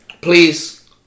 Please